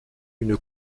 une